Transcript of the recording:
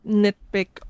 nitpick